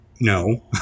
no